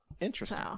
Interesting